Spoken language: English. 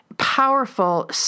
powerful